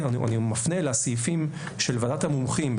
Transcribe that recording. אני מפנה לסעיפים של ועדת המומחים,